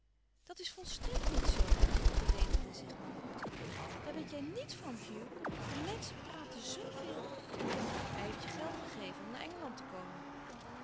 dat is volstrekt niet zoo verdedigde zich mama ottilie daar weet jij niets van hugh de menschen praten zooveel hij heeft je geld gegeven om naar engeland te komen